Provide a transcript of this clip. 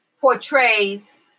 portrays